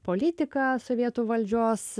politiką sovietų valdžios